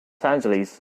angeles